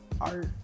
art